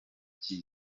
cye